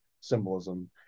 symbolism